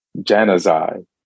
Janazai